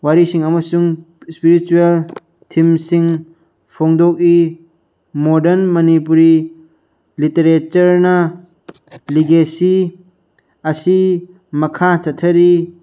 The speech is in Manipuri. ꯋꯥꯔꯤꯁꯤꯡ ꯑꯃꯁꯨꯡ ꯏꯁꯄꯤꯔꯤꯆꯨꯌꯦꯜ ꯊꯤꯝꯁꯤꯡ ꯐꯣꯡꯗꯣꯛꯏ ꯃꯣꯔꯗꯟ ꯃꯅꯤꯄꯨꯔꯤ ꯂꯤꯇꯦꯔꯦꯆꯔꯅ ꯂꯤꯒꯦꯁꯤ ꯑꯁꯤ ꯃꯈꯥ ꯆꯠꯊꯔꯤ